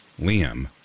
Liam